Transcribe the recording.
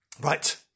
Right